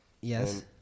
Yes